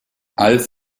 als